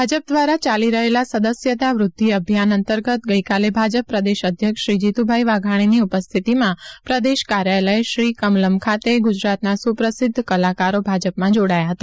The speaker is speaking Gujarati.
ભાજપ દ્વારા ચાલી રહેલા સદસ્યતા વૃધ્ધિ અભિયાન અંતર્ગત ગઈકાલે ભાજપ પ્રદેશ અધ્યક્ષ શ્રી જીતુભાઈ વાઘાણીની ઉપસ્થિતિમાં પ્રદેશ કાર્યાલય શ્રી કમલમ ખાતે ગુજરાતના સુપ્રસિધ્ધ કલાકારો ભાજપમાં જોડાયા હતા